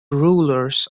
rulers